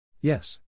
Yes